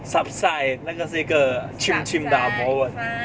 subside 那个是一个 chim chim 的 ang moh